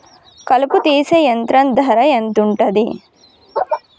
కలుపు తీసే యంత్రం ధర ఎంతుటది?